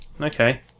okay